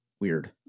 weird